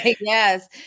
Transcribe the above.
Yes